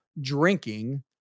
drinking